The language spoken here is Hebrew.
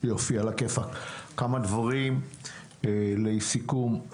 כמה דברים לסיכום.